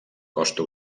costa